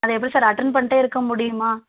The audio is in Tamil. நாங்கள் எப்படி சார் அட்டென்ட் பண்ணிடே இருக்க முடியுமா